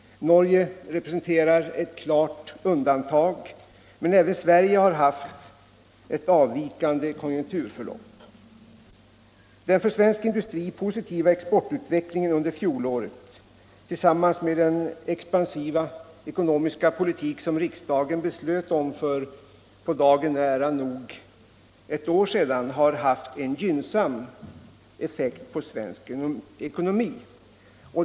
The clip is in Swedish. Norge representerar ett klart undantag, men även Sverige har haft ett avvikande konjunkturförlopp. Den för svensk industri positiva exportutvecklingen under fjolåret tillsammans med den expansiva ekonomiska politik som riksdagen beslöt om för nästan på dagen ett år sedan har haft en gynnsam effekt på svensk ekonomi.